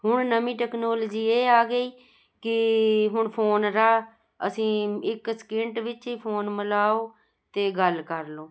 ਹੁਣ ਨਵੀਂ ਟੈਕਨੋਲਜੀ ਇਹ ਆ ਗਈ ਕਿ ਹੁਣ ਫੋਨ ਰਾ ਅਸੀਂ ਇੱਕ ਸਕਿੰਟ ਵਿੱਚ ਹੀ ਫੋਨ ਮਿਲਾਓ ਅਤੇ ਗੱਲ ਕਰ ਲਓ